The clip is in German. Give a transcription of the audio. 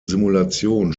simulation